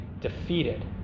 defeated